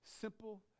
simple